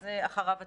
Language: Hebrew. אז אחריו אתה.